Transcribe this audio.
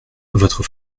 votre